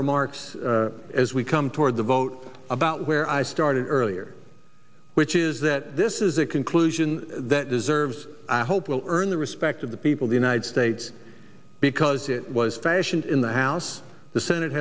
remarks as we come towards a vote about where i started earlier which is that this is a conclusion that deserves i hope will earn the respect of the people the united states because it was fashioned in the house the senate